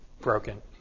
broken